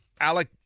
Alec